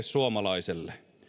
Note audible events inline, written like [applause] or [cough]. [unintelligible] suomalaiselle